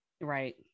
Right